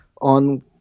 On